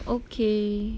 okay